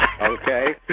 Okay